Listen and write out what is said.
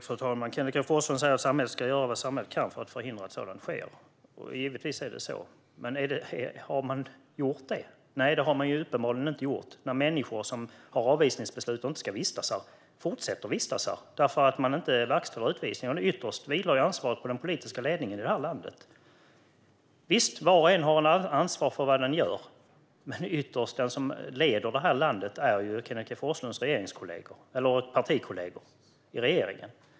Fru talman! Kenneth G Forslund säger att samhället ska göra vad det kan för att förhindra att sådant sker, och givetvis är det så. Men har man gjort det? Nej, det har man uppenbarligen inte när människor som har avvisningsbeslut och inte ska vistas här fortsätter att göra det därför att man inte verkställer utvisningar. Ytterst vilar ansvaret på den politiska ledningen i detta land. Visst har var och en ett ansvar för vad han eller hon gör. Men ytterst är de som leder detta land Kenneth G Forslunds partikollegor i regeringen.